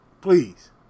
please